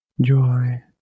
joy